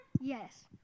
Yes